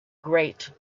grate